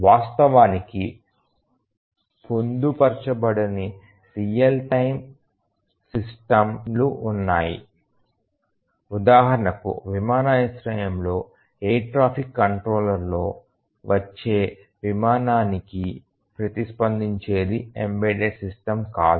వాస్తవానికి పొందుపరచబడని real time సిస్టమ్లు ఉన్నాయి ఉదాహరణకు విమానాశ్రయంలోని ఎయిర్ ట్రాఫిక్ కంట్రోలర్లో వచ్చే విమానానికి ప్రతిస్పందించేది ఎంబెడెడ్ సిస్టమ్ కాదు